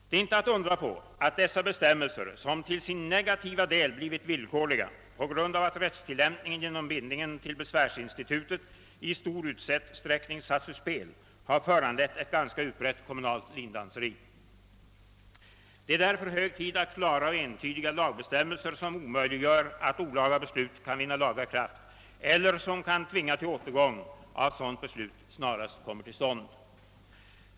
Det är inte att undra på att dessa bestämmelser, som till sin negativa del har blivit villkorliga på grund av att rättstillämpningen genom bindningen till besvärsinstitutet i stor utsträckning satts ur spel, har föranlett ett ganska utbrett kommunalt lindanseri. Det är därför hög tid att klara och entydiga lagbestämmelser, som omöjliggör att olaga beslut kan vinna laga kraft eller tvinga till återgång av sådana beslut, snarast kommer till stånd.